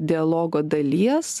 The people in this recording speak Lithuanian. dialogo dalies